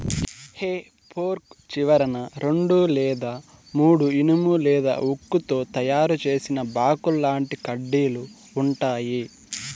హె fork చివరన రెండు లేదా మూడు ఇనుము లేదా ఉక్కుతో తయారు చేసిన బాకుల్లాంటి కడ్డీలు ఉంటాయి